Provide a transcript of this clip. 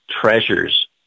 treasures